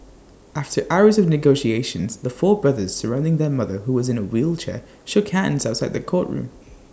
after hours of negotiations the four brothers surrounding their mother who was in A wheelchair shook hands and outside the courtroom